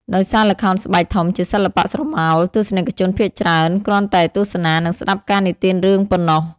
ដោយសារល្ខោនស្បែកធំជាសិល្បៈស្រមោល ទស្សនិកជនភាគច្រើនគ្រាន់តែទស្សនា និងស្តាប់ការនិទានរឿងប៉ុណ្ណោះ។